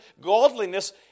godliness